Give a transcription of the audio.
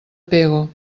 pego